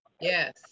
Yes